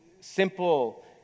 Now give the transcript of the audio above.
simple